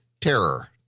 terror